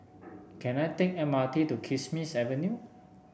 can I take the M R T to Kismis Avenue